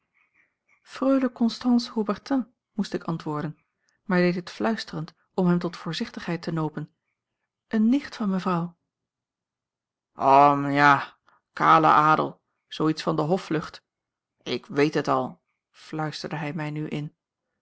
freule constance haubertin moest ik antwoorden maar deed het fluisterend om hem tot voorzichtigheid te nopen eene nicht van mevrouw hm ja kale adel zoo iets van de hoflucht ik weet het al fluisterde hij mij nu in